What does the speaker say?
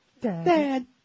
Dad